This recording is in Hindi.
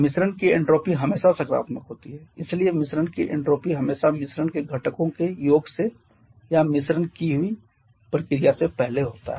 मिश्रण की एन्ट्रॉपी हमेशा सकारात्मक होती है इसलिए मिश्रण की एन्ट्रॉपी हमेशा मिश्रण के घटकों के योग से या मिश्रण की हुई प्रक्रिया से पहले होता है